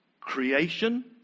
creation